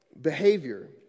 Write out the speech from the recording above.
behavior